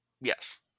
Yes